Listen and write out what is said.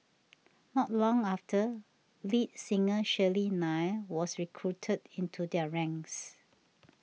not long after lead singer Shirley Nair was recruited into their ranks